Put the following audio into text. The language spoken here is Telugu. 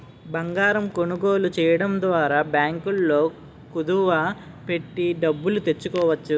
బంగారం కొనుగోలు చేయడం ద్వారా బ్యాంకుల్లో కుదువ పెట్టి డబ్బులు తెచ్చుకోవచ్చు